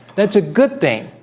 that's a good thing